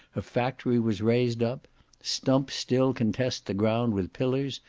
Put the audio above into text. a factory was raised up stumps still contest the ground with pillars,